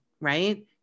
right